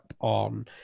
on